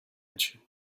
edge